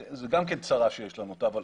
זה גם צרה שיש לנו אותה, אבל